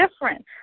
different